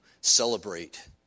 celebrate